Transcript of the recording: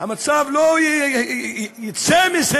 לא יצאו מזה